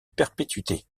perpétuité